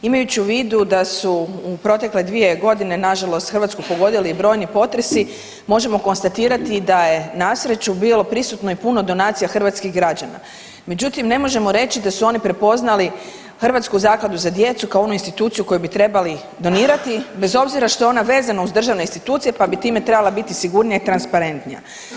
Imajući u vidu da su u protekle 2.g. nažalost Hrvatsku pogodili brojni potresi možemo konstatirati da je nasreću bilo prisutno i puno donacija hrvatskih građana, međutim ne možemo reći da su oni prepoznali Hrvatsku zakladu za djecu kao onu instituciju koju bi trebali donirati bez obzira što je ona vezana uz državne institucije, pa bi time trebala biti sigurnija i transparentnija.